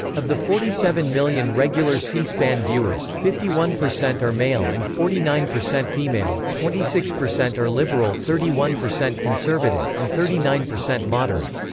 of the forty seven million regular c-span viewers, fifty one percent are male and forty nine percent female twenty six percent are liberal, thirty one percent conservative, and thirty nine percent moderate.